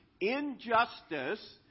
injustice